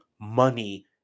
money